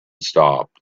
stopped